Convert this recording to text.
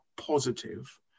positive